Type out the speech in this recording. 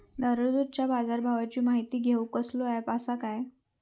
दररोजच्या बाजारभावाची माहिती घेऊक कसलो अँप आसा काय?